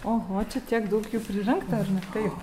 oho čia tiek daug jų pririnkta ar ne taip